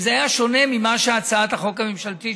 וזה היה שונה מהצעת החוק הממשלתית,